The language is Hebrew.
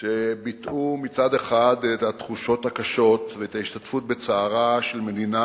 שביטאו מצד אחד את התחושות הקשות ואת ההשתתפות בצערה של מדינה,